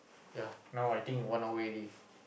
ya now I think one hour already